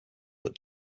but